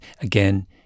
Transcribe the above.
again